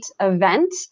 event